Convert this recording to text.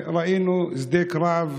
ראינו שדה קרב מעניין.